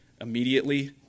immediately